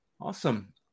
Awesome